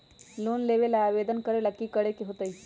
Loan लेबे ला आवेदन करे ला कि करे के होतइ?